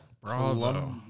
Bravo